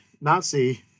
Nazi